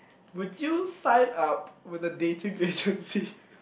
would you sign up with a dating agency